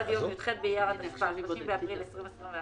עד יום י"ח באייר התשפ"א (30 באפריל 2021)